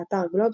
באתר גלובס,